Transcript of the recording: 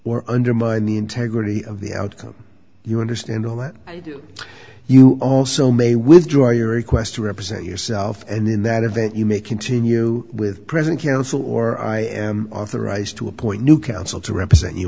or undermine the integrity of the outcome you understand all that you also may withdraw your request to represent yourself and in that event you may continue with present counsel or i am authorized to appoint new counsel to represent you